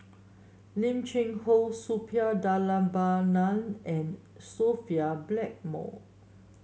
Lim Cheng Hoe Suppiah Dhanabalan and Sophia Blackmore